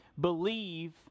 believe